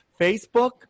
Facebook